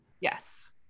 yes